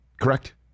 Correct